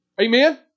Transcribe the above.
Amen